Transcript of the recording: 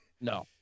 no